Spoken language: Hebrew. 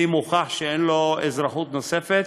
אם הוכח שאין לו אזרחות נוספת,